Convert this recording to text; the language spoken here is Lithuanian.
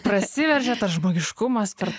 prasiveržė tas žmogiškumas per